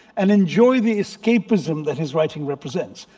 and enjoy the escapism that his writing represents.